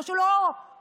או שהוא לא שומע,